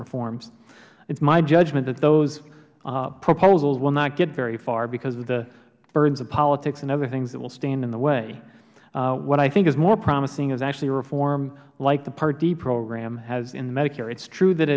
reforms it's my judgment that those proposals will not get very far because of the burdens of politics and other things that will stand in the way what i think is more promising is actually reform like the part d program has in medicare it is true that